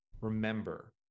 remember